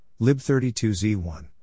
lib32z1